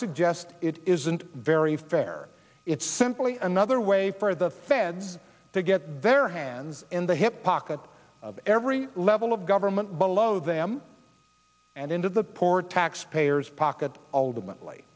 suggest it isn't very fair it's simply another way for the feds to get their hands in the hip pocket of every level of government below them and into the poor taxpayers pocket ultimately